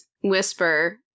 whisper